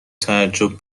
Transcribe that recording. تعجب